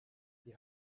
die